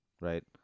right